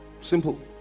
simple